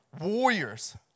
warriors